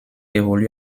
évolue